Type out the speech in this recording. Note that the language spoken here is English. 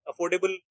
affordable